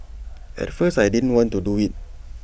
at first I didn't want to do IT